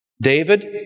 David